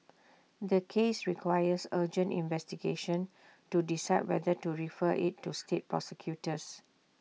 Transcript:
the case requires urgent investigation to decide whether to refer IT to state prosecutors